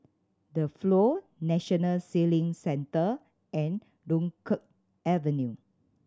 The Flow National Sailing Centre and Dunkirk Avenue